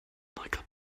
identical